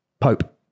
Pope